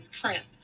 print